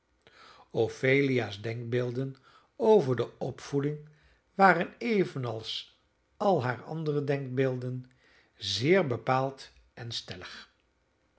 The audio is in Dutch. ophelia's denkbeelden over de opvoeding waren evenals al hare andere denkbeelden zeer bepaald en stellig